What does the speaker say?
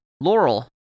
Laurel